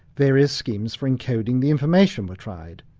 various schemes for encoding the information were tried.